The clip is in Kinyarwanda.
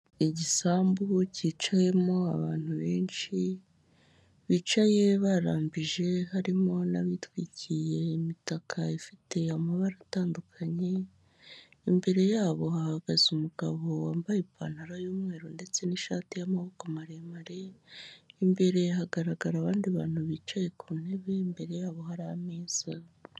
Igisambu cyicayemo abantu benshi bicaye barambije harimo n'abitwikiriye imitaka ifite amabara atandukanye, imbere yabo hahagaze umugabo wambaye ipantaro y'umweru ndetse n'ishati y'amaboko maremare, imbere hagaragara abandi bantu bicaye ku ntebe, imbere yabo hari ameza.